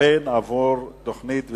לקמפיין עבור תוכנית ויסקונסין.